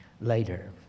later